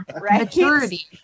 Maturity